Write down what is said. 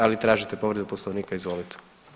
Ali tražite povredu Poslovnika, izvolite.